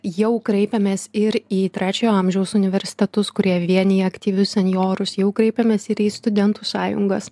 jau kreipėmės ir į trečiojo amžiaus universitetus kurie vienija aktyvius senjorus jau kreipėmės ir į studentų sąjungas